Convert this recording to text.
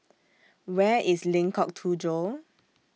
Where IS Lengkok Tujoh